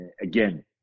again